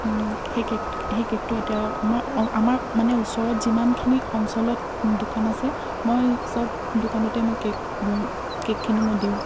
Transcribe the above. সেই কে'ক সেই কে'কটো এতিয়া আমাৰ আমাৰ মানে ওচৰত যিমানখিনি অঞ্চলত দোকান আছে মই চব দোকানতে মই কে'ক কে'কখিনি মই দিওঁ